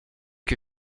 que